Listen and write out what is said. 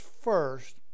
first